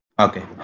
Okay